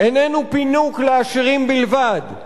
איננו פינוק לעשירים בלבד.